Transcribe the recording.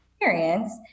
experience